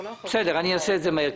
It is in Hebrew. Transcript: בסדר, אעשה את זה מהר.